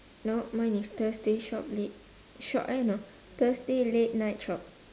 no mine is thursday shop late shop eh no thursday late night shop